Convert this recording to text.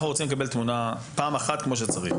אנחנו רוצים לקבל תמונה כמו שצריך.